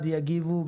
להתקיים.